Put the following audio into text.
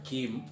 Kim